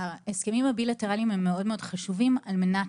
ההסכמים הבילטרליים מאוד-מאוד חשובים על מנת